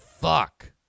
fuck